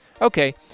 Okay